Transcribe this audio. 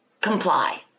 comply